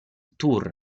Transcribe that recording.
tour